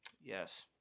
Yes